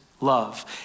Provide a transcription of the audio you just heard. love